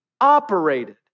operated